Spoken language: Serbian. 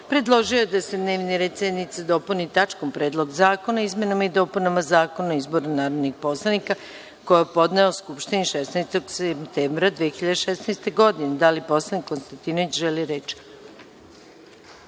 predložio je da se dnevni red sednice dopuni tačkom – Predlog zakona o izmenama i dopunama Zakona o izboru narodnih poslanika koji je podneo Skupštini 16. septembra 2016. godine. Da li poslanik Konstantinović želi reč?